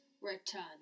return